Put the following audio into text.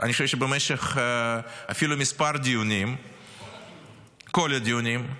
אני חושב שאפילו במשך כמה דיונים -- כל הדיונים.